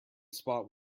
spot